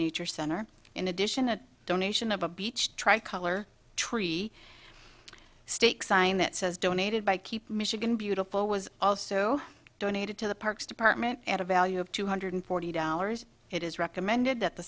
nature center in addition a donation of a beach tricolor tree stakes sign that says donated by keep michigan beautiful was also donated to the parks department at a value of two hundred forty dollars it is recommended that the